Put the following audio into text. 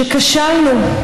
שכשלנו,